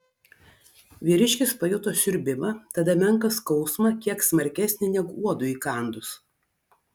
vyriškis pajuto siurbimą tada menką skausmą kiek smarkesnį negu uodui įkandus